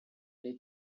lead